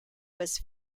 was